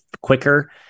quicker